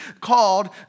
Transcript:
called